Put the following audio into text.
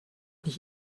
nicht